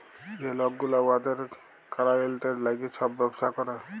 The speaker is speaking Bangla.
যে লক গুলা উয়াদের কালাইয়েল্টের ল্যাইগে ছব ব্যবসা ক্যরে